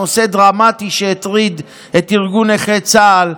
זה נושא דרמטי שהטריד את ארגון נכי צה"ל,